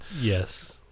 Yes